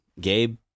Gabe